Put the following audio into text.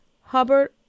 Hubbard